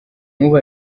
nk’ubu